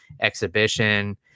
exhibition